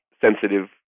sensitive